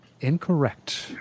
Incorrect